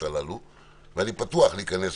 מבחינתי,